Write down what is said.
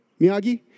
Miyagi